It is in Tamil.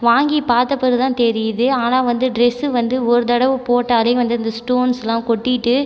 வாங்கி பார்த்த பிறகு தான் தெரியிது ஆனால் வந்து ட்ரெஸ்ஸு வந்து ஒரு தடவை போட்டாலே வந்து இந்த ஸ்டோன்ஸ்லாம் கொட்டிகிட்டு